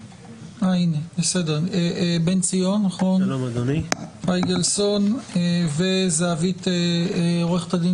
איתנו גם בן ציון פייגלסון ועורכת הדין